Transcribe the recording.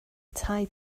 tai